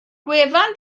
gwefan